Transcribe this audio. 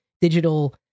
digital